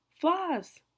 flaws